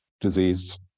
disease